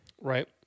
Right